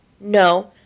No